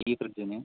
ഈ ഫ്രിഡ്ജിന്